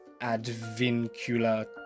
Advincula